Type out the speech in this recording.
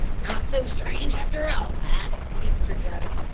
not so strange after all, lad, answered joe.